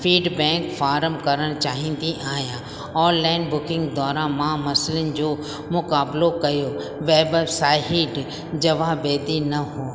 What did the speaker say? feedback form करण चाहींदी आहियां ऑनलाइन बुकिंग दौरानु मां मसिलनि जो मुक़ाबिलो कयो वेबसाइट जवाबेदी न हो